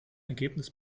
ergebnis